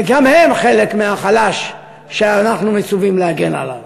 כי גם הם חלק מהחלש שאנחנו מצווים להגן עליו.